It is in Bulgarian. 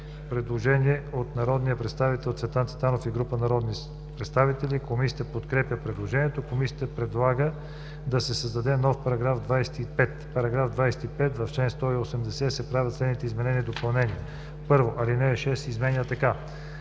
Предложение от народния представител Цветан Цветанов и група народни представители. Комисията подкрепя предложението. Комисията предлага да се създаде нов § 25: „§ 25. В чл. 180 се правят следните изменения и допълнения: 1. Алинея 6 се изменя така: